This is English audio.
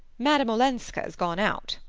madame olenska's gone out.